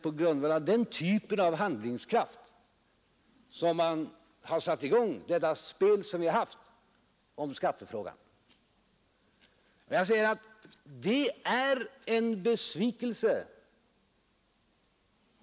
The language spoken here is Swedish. På grundval av den sortens handlingskraft har man satt i gång det spel som pågått om skattefrågan och som blivit en besvikelse.